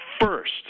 first